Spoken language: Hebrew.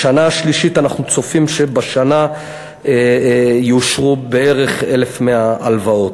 בשנה השלישית אנחנו צופים שבשנה יאושרו בערך 1,100 הלוואות.